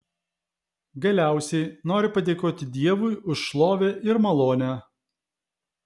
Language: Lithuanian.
galiausiai noriu padėkoti dievui už šlovę ir malonę